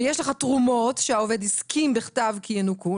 ויש לך תרומות שהעובד הסכים בכתב כי ינוכו,